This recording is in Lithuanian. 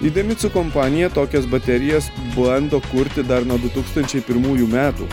idemitsu kompanija tokias baterijas bando kurti dar nuo du tūkstančiai pirmųjų metų